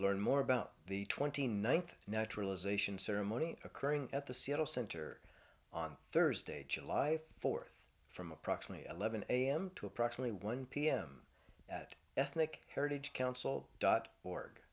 learn more about the twenty ninth naturalization ceremony occurring at the seattle center on thursday july fourth from approximately eleven am to approximately one pm at ethnic heritage council dot org